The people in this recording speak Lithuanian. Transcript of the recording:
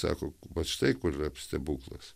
sako vat štai kur yra stebuklas